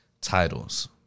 titles